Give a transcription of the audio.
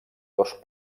dos